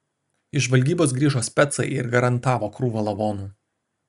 iš žvalgybos grįžo specai ir garantavo krūvą lavonų